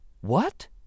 What